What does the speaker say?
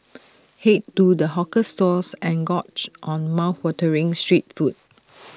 Head to the hawker stalls and gorge on mouthwatering street food